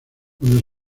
cuando